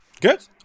good